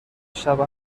شبو